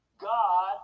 God